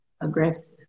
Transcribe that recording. aggressive